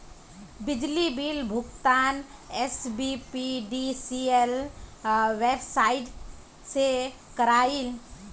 बिजली बिल भुगतान SBPDCL website से क्रॉइल